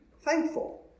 thankful